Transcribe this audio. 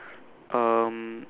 um